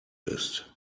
ist